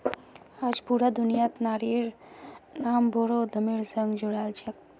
आज पूरा दुनियात नारिर नाम बोरो उद्यमिर संग जुराल छेक